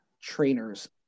trainers